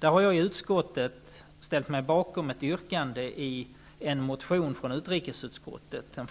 Jag har i utskottet ställt mig bakom ett yrkande i en folkpartistisk motion från utrikesutskottet. Den